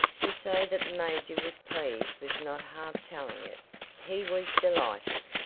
to say that the major was pleased was not half telling it he was delighted.